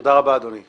תודה רבה, אדוני.